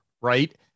right